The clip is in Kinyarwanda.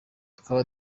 tukaba